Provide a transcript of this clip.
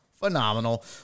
Phenomenal